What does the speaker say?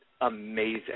amazing